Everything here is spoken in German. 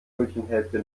brötchenhälfte